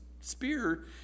spear